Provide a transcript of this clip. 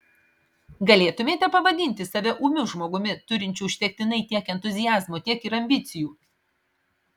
galėtumėte pavadinti save ūmiu žmogumi turinčiu užtektinai tiek entuziazmo tiek ir ambicijų